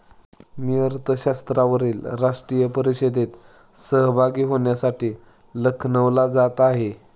मी अर्थशास्त्रावरील राष्ट्रीय परिषदेत सहभागी होण्यासाठी लखनौला जात आहे